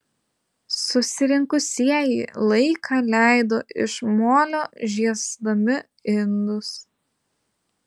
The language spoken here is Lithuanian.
susirinkusieji laiką leido iš molio žiesdami indus